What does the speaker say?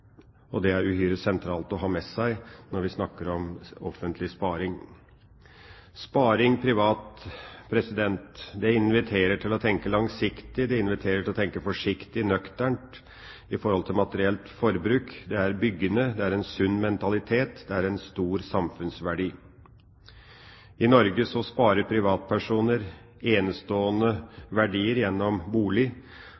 naturressursene. Det er uhyre sentralt å ha med seg når vi snakker om offentlig sparing. Sparing privat inviterer til å tenke langsiktig. Det inviterer til å tenke forsiktig og nøkternt i forhold til materielt forbruk. Det er byggende. Det er en sunn mentalitet. Det er en stor samfunnsverdi. I Norge sparer privatpersoner enestående